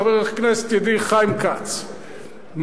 חבר הכנסת חיים כץ,